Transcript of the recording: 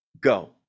go